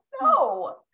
No